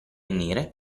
nere